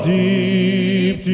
deep